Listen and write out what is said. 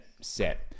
set